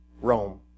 Rome